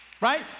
Right